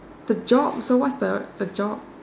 the job so what's the the job